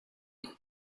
him